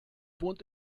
wohnt